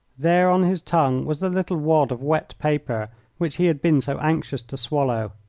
there, on his tongue, was the little wad of wet paper which he had been so anxious to swallow.